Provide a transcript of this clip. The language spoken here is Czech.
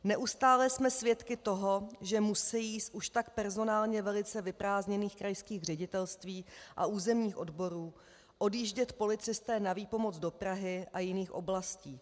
Neustále jsme svědky toho, že musejí z už tak personálně velice vyprázdněných krajských ředitelství a územních odborů odjíždět policisté na výpomoc do Prahy a jiných oblastí.